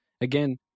Again